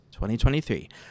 2023